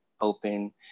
open